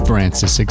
Francis